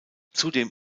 zudem